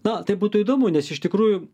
na tai būtų įdomu nes iš tikrųjų